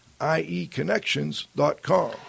ieconnections.com